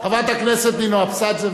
חברת הכנסת נינו אבסדזה,